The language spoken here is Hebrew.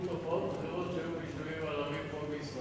תופעות אחרות שהיו ביישובים ערביים פה בישראל,